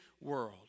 world